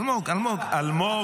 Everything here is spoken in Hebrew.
מאיר --- אלמוג, אלמוג.